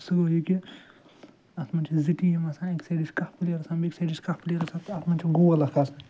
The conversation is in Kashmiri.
سُہ گوٚو یہِ کہِ اتھ منٛز چھِ زٕ ٹیٖم آسان اَکہِ سایڈٕ چھِ کاہ پٕلیر آسان بیٚکہِ سایڈٕ چھِ کاہ پٕلیر آسان تہٕ اتھ منٛز چھِ گول اکھ آسان